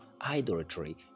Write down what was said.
idolatry